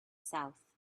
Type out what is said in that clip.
south